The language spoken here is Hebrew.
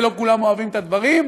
ולא כולם אוהבים את הדברים,